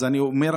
אז אני אומר,